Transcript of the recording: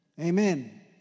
Amen